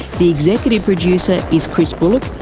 the executive producer is chris bullock,